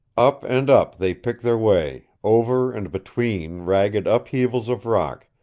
up and up they picked their way, over and between ragged upheavals of rock,